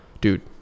dude